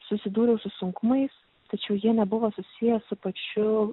susidūriau su sunkumais tačiau jie nebuvo susiję su pačiu